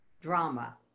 drama